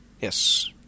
Yes